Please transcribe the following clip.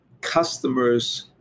customers